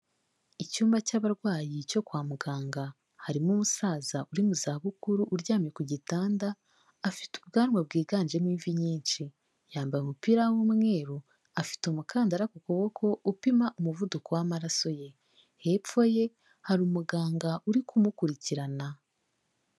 Icyumba cy'abarwayi cyo kwa muganga, harimo umusaza uri mu za bukuru uryamye ku gitanda, afite ubwanwa bwiganjemo imvi nyinshi, yambaye umupira w'umweru afite umukandara ku kuboko upima umuvuduko w'amaraso ye hepfo ye hari umuganga uri kumukurikirana.